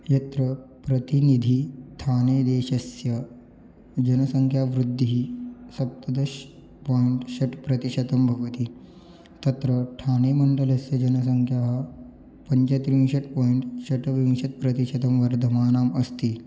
यत्र प्रतिनिधिः थानेदेशस्य जनसङ्ख्यावृद्धिः सप्तदश पायिण्ट् षट् प्रतिशतं भवति तत्र ठानेमण्डलस्य जनसङ्ख्यायाः पञ्चत्रिंशत् पायिण्ट् षट् विंशतिः प्रतिशतं वर्धमाना अस्ति